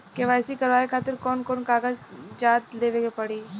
KYC करवावे खातिर कौन कौन कागजात देवे के पड़ी?